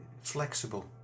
flexible